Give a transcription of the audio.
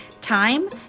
time